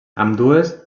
ambdues